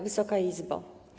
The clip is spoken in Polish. Wysoka Izbo!